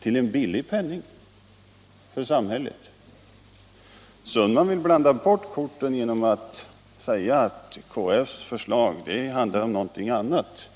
till en billig penning — för samhället. Herr Sundman vill blanda bort korten genom att säga att KF:s förslag handlar om någonting annat.